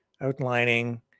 outlining